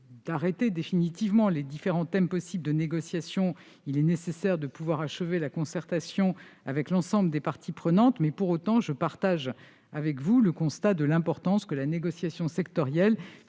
d'arrêter définitivement les différents thèmes possibles de négociation, il est nécessaire de pouvoir achever la concertation avec l'ensemble des parties prenantes. Pour autant, je partage avec vous le constat qu'il est important que la négociation sectorielle